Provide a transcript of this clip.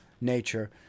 nature